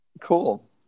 cool